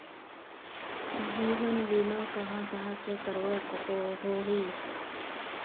जीवन बीमा कहाँ कहाँ से करवा सकोहो ही?